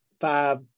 five